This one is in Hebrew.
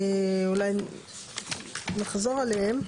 אולי נחזור עליהם.